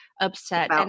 upset